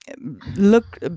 look